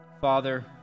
Father